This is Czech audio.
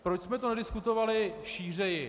Proč jsme to nediskutovali šířeji.